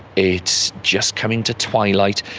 it's just coming to twilight,